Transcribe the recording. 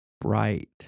bright